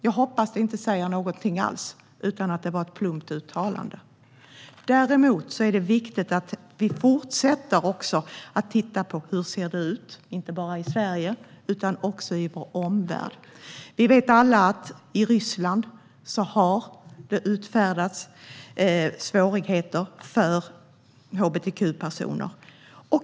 Jag hoppas att det inte säger någonting alls utan att det var ett plumpt uttalande. Däremot är det viktigt att vi fortsätter att titta på hur det ser ut, inte bara i Sverige utan också i vår omvärld. Vi vet alla att hbtq-personer i Ryssland har svårigheter.